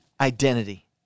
Identity